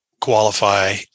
qualify